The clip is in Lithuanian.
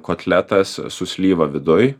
kotletas su slyva viduj